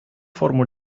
форму